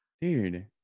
dude